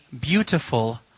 beautiful